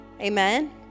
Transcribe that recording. Amen